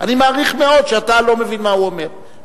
אני מעריך מאוד שאתה לא מבין מה הוא אומר,